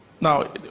Now